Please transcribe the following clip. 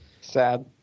Sad